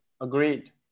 Agreed